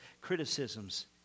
criticisms